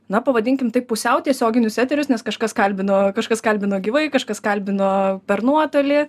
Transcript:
na pavadinkim taip pusiau tiesioginius eterius nes kažkas kalbino kažkas kalbino gyvai kažkas kalbino per nuotolį